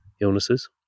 illnesses